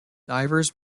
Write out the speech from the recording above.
divers